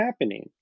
happening